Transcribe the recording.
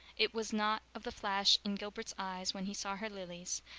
it was not of the flash in gilbert's eyes when he saw her lilies,